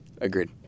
Agreed